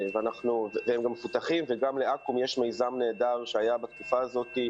והם גם מפותחים וגם לאקו"ם יש מיזם נהדר שהיה בתקופה הזאת,